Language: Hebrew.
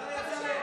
בבקשה.